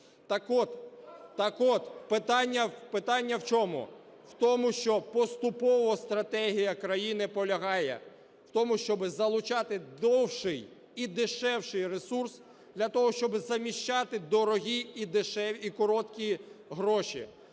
так-от питання в чому? В тому, що поступово… стратегія країни полягає в тому, щоби залучати довший і дешевший ресурс для того, щоб заміщати дорогі і короткі гроші.